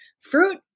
fruit